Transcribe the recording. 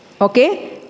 Okay